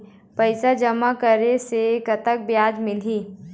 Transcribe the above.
पैसा जमा करे से कतेक ब्याज मिलही?